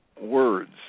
words